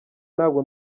ntabwo